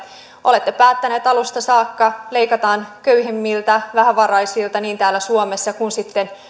olette päättäneet alusta saakka että leikataan köyhimmiltä vähävaraisilta niin täällä suomessa kuin sitten